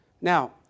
Now